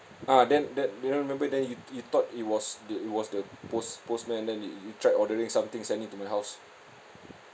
ah then that do you remember then you you thought it was the it was the post~ postman and then you you tried ordering something send it to my house